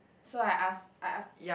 so I ask I ask